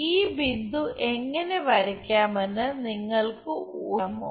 ഈ ബിന്ദു എങ്ങനെ വരയ്ക്കാമെന്ന് നിങ്ങൾക്ക് ഊഹിക്കാമോ